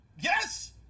Yes